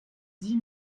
dix